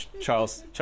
Charles